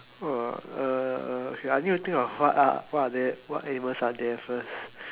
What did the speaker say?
uh okay I need to think of what are what are there what animals are there first